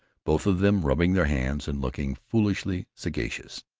both of them rubbing their hands and looking foolishly sagacious.